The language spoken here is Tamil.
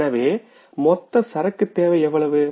37500எனவே மொத்த சரக்கு தேவை எவ்வளவு